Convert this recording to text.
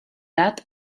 that